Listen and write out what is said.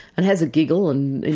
and has a giggle and,